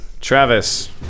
Travis